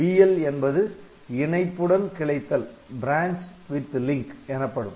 BL என்பது இணைப்புடன் கிளைத்தல் எனப்படும்